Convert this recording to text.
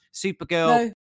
Supergirl